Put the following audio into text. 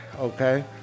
Okay